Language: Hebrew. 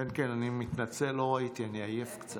אני מתנצל, לא ראיתי, אני עייף קצת.